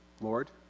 Lord